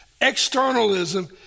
externalism